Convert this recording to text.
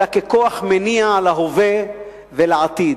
אלא ככוח מניע להווה ולעתיד,